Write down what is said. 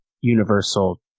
universal